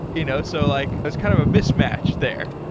you know so like that's kind of a mismatch there.